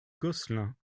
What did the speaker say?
gosselin